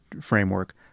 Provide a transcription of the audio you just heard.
framework